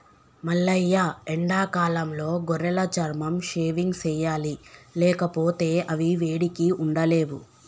మల్లయ్య ఎండాకాలంలో గొర్రెల చర్మం షేవింగ్ సెయ్యాలి లేకపోతే అవి వేడికి ఉండలేవు